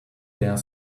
dare